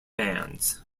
bands